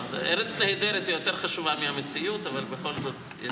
ארץ נהדרת יותר חשובה מהמציאות, אבל בכל זאת.